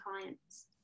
clients